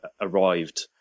arrived